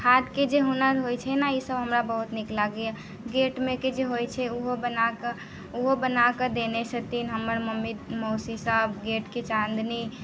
हाथके जे हुनर होइत छै न ईसभ हमरा बहुत नीक लागैए गेटमेके जे होइत छै ओहो बना कऽ ओहो बना कऽ देने छथिन हमर मम्मी मौसीसभ गेटके चान्दनी